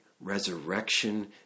Resurrection